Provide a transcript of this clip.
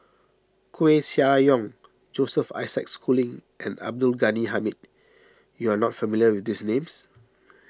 Koeh Sia Yong Joseph Isaac Schooling and Abdul Ghani Hamid you are not familiar with these names